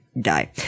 die